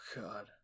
God